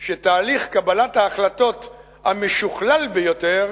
שתהליך קבלת ההחלטות המשוכלל ביותר